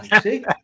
See